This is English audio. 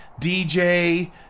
DJ